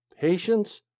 patience